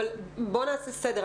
אבל בואו נעשה סדר.